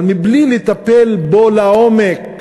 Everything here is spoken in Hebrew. אבל מבלי לטפל בו לעומק